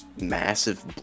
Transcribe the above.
massive